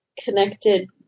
connected